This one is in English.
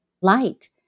light